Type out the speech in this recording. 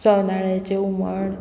सोनाळ्याचें हुमण